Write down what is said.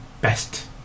best